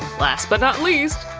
last but not least!